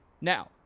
Now